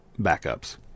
backups